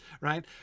right